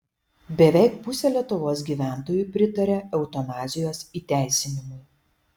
beveik pusė lietuvos gyventojų pritaria eutanazijos įteisinimui